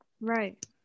Right